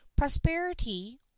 Prosperity